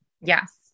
Yes